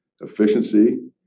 efficiency